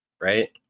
right